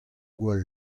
gwall